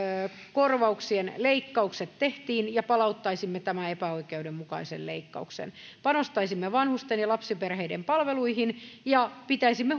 korvauksien leikkaukset tehtiin ja palauttaisimme tämän epäoikeudenmukaisen leikkauksen panostaisimme vanhusten ja lapsiperheiden palveluihin ja pitäisimme